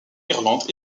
irlande